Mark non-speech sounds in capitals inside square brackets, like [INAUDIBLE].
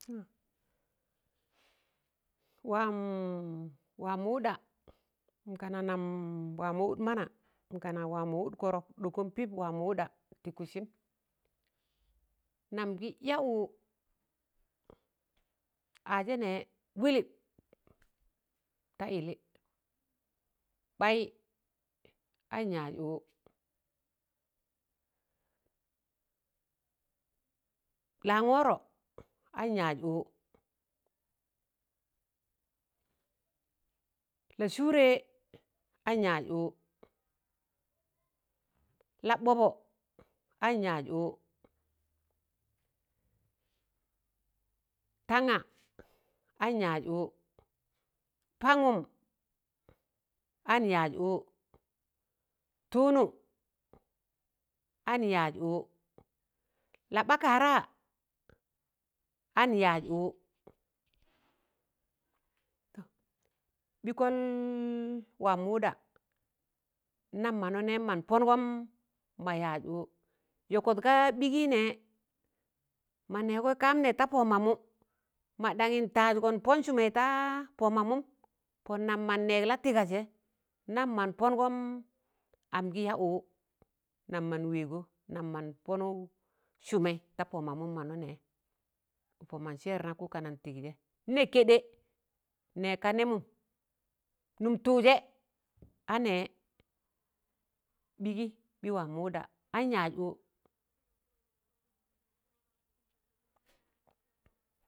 [NOISE] waam waamọ wụɗa kana nam waamụ wụd mana kana waa mọ wụd kọrọk ɗọkọn pip wamọ wuɗa tịkịsịm nam gị ya ụụ hazẹ nẹ wịlịp ta yịllị, ɓaị an yaaz ụụ, laangọrọ an yaaz ụụ, la sụụrẹ an yaaz ụụ, la ɓọbọ an yaaz ụụ, tanga an yaaz ụụ, pangụm an yaaz ụụ, tụụnụ an yaaz ụụ, labakara an yaaz ụụ, ɓịkọl waamụ wụɗa nnam mana na nẹm mọn pọṇgọm mọ yaaz ụụ yọkọt ga ɓịgị nẹ ma nẹ gọ kam nẹ ta pọ mamụ, ma danyi n taaz gọ npọn sụmị ta pọ mamụm pọn nam man nẹẹg latịga zẹ n'nam mọn pọngọm am gị ya ụụ nam man wẹẹgọ nam man pọnụk sụmẹị ta pọ mamụm mọna nẹ ụkụm man sẹrtagkụ kanụn tịgzẹ n'nẹ kẹɗẹ n'nẹka nẹmụm nụm tụụjẹ a nẹ, ɓ̣ịgị ḅịị waamụ wụɗa an yaaz ụụ.